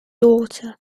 daughter